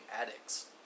addicts